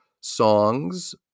songs